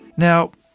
now,